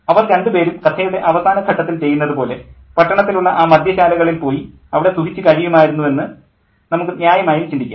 അവർ രണ്ടു പേരും കഥയുടെ അവസാന ഘട്ടത്തിൽ ചെയ്യുന്നതു പോലെ പട്ടണത്തിലുള്ള ആ മദ്യശാലകളിൽ പോയി അവിടെ സുഖിച്ചു കഴിയുമായിരുന്നെന്ന് നമുക്ക് ന്യായമായും ചിന്തിക്കാം